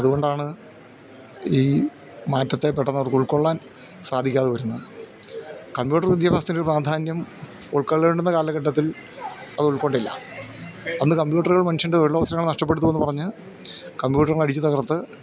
അതുകൊണ്ടാണ് ഈ മാറ്റത്തെ പെട്ടെന്നവർക്ക് ഉൾക്കൊള്ളാൻ സാധിക്കാതെ വരുന്നത് കമ്പ്യൂട്ടർ വിദ്യാഭ്യാസത്തിൻ്റെ ഒരു പ്രാധാന്യം ഉൾക്കൊള്ളേണ്ടുന്ന കാലഘട്ടത്തിൽ അത് ഉൾക്കൊണ്ടില്ല അന്ന് കമ്പ്യൂട്ടറുകൾ മനുഷ്യൻ്റെ തൊഴിൽ അവസരങ്ങൾ നഷ്ടപ്പെടുത്തൂന്ന് പറഞ്ഞ് കമ്പ്യൂട്ടർ അടിച്ച് തകർത്ത്